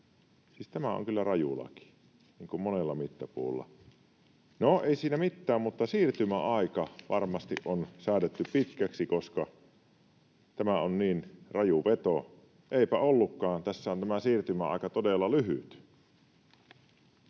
tämä on kyllä raju laki niin kuin monella mittapuulla. No, ei siinä mitään, mutta siirtymäaika varmasti on säädetty pitkäksi, koska tämä on niin raju veto. — Eipä ollutkaan, tässä on tämä siirtymäaika todella lyhyt.